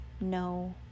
no